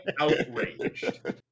outraged